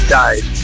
died